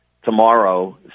tomorrow